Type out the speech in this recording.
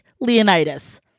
leonidas